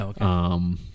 okay